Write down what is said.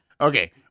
Okay